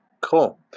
Cool